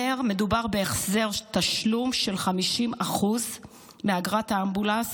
אומר: מדובר בהחזר תשלום של 50% מאגרת האמבולנס